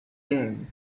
king